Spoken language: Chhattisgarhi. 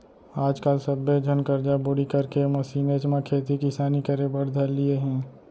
आज काल सब्बे झन करजा बोड़ी करके मसीनेच म खेती किसानी करे बर धर लिये हें